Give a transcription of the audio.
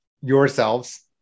yourselves